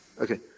Okay